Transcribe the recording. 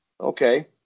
Okay